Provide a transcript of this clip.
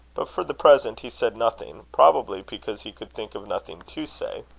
but for the present he said nothing probably because he could think of nothing to say.